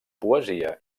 poesia